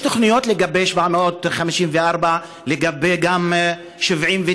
יש תוכניות לגבי 754, גם לגבי 79,